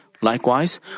Likewise